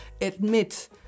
admit